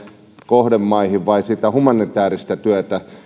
kohdemaihin rauhanturvaajia vai humanitääristä työtä